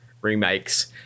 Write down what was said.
remakes